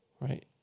Right